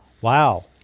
Wow